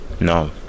No